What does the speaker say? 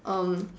um